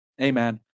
Amen